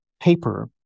paper